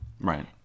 Right